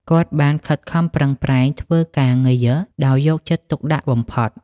គាត់បានខិតខំប្រឹងប្រែងធ្វើការងារដោយយកចិត្តទុកដាក់បំផុត។